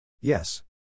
Yes